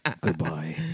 Goodbye